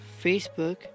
Facebook